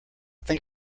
think